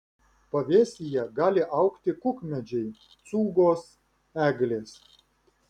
pavėsyje gali augti kukmedžiai cūgos eglės